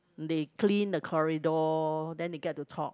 they clean the corridor then they get to talk